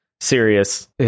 serious